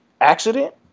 accident